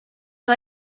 que